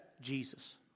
Jesus